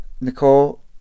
nicole